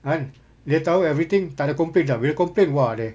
kan dia tahu everything tak ada complaint tahu bila complaint !wah! leh